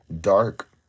dark